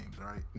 right